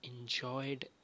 enjoyed